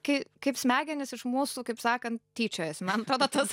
kai kaip smegenys iš mūsų kaip sakant tyčiojasi man atrodo tas